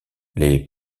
les